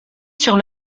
sur